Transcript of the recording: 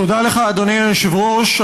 תודה לך, אדוני היושב-ראש.